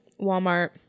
Walmart